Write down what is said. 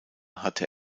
hatte